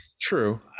true